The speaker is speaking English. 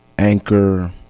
Anchor